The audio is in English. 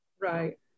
Right